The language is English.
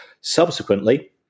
subsequently